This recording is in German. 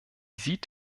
sieht